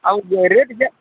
ಹೌದ್ ರೇಟ್ ಇದೆ